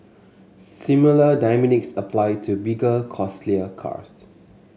similar dynamics apply to bigger costlier cars